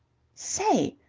say,